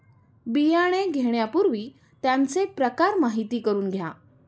बियाणे घेण्यापूर्वी त्यांचे प्रकार माहिती करून घ्या